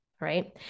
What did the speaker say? right